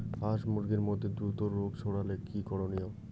হাস মুরগির মধ্যে দ্রুত রোগ ছড়ালে কি করণীয়?